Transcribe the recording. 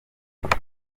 joriji